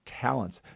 talents